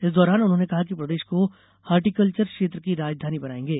इस दौरान उन्होंने कहा कि प्रदेश को हार्टिकल्वर क्षेत्र की राजधानी बनायेंगे